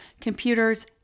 computers